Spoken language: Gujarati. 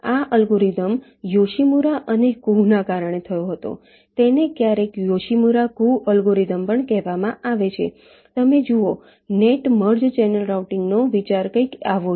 આ અલ્ગોરિધમ યોશિમુરા અને કુહ ના કારણે હતો તેને ક્યારેક યોશિમુરા કુહ અલ્ગોરિધમ પણ કહેવામાં આવે છે તમે જુઓ નેટ મર્જ ચેનલ રાઉટિંગનો વિચાર કંઈક આવો છે